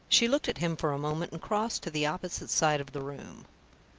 she looked at him for a moment, and creased to the opposite side of the room.